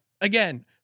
again